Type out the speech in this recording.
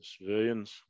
civilians